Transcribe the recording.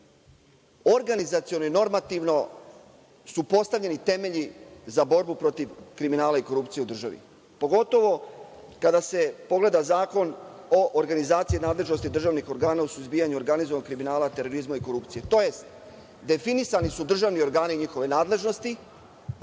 organizaciono i normativno postavljeni temelji za borbu protiv kriminala i korupcije u državi, pogotovo kada se pogleda zakon o organizaciji nadležnosti državnih organa u suzbijanju organizovanog kriminala, terorizma i korupcije, tj. definisani su državni organi i njihove nadležnosti,